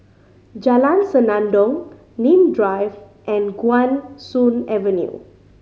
Jalan Senandong Nim Drive and Guan Soon Avenue